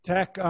Tech